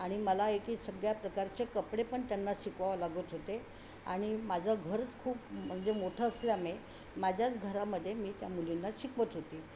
आणि मला ए की सगळ्या प्रकारचे कपडे पण त्यांना शिकवावं लागत होते आणि माझं घरचं खूप म्हणजे मोठं असल्यामुळे माझ्याच घरामध्ये मी त्या मुलींना शिकवत होती